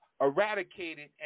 eradicated